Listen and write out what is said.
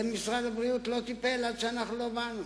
בזה משרד הבריאות לא טיפל עד שאנחנו לא באנו.